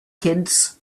kids